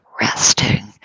resting